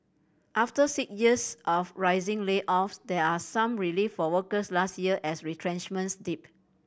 after six years of rising layoffs there are some relief for workers last year as retrenchments dipped